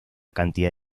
cantidad